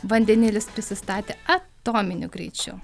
vandenilis prisistatė atominiu greičiu